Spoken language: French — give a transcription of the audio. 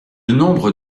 nombre